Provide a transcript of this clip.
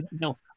no